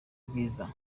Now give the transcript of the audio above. bwiza